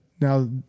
now